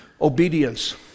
Obedience